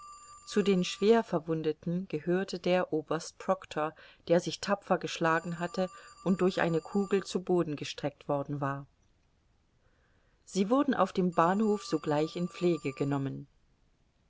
zu den schwerverwundeten gehörte der oberst proctor der sich tapfer geschlagen hatte und durch eine kugel zu boden gestreckt worden war sie wurden auf dem bahnhof sogleich in pflege genommen